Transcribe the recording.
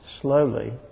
slowly